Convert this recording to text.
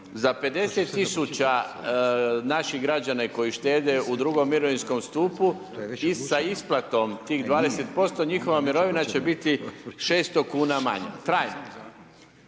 za 50 tisuća naših građana i koji štete u drugom mirovinskom stupu i sa isplatom tih 20% njihova mirovina će biti 600 kuna manja trajno.